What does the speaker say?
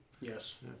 Yes